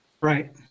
Right